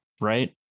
right